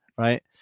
Right